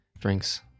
drinks